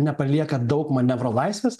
nepalieka daug manevro laisvės